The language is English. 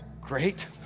Great